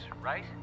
right